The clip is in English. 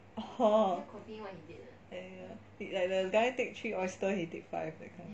oh like the guy take three oyster he take five that kind